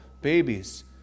babies